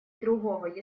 другого